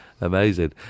Amazing